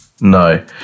No